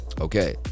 Okay